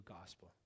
gospel